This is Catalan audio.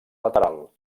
lateral